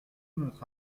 notre